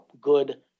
good